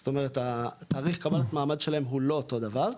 זאת אומרת התאריך קבלת מעמד שלהם הוא לא אותו דבר,